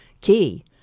key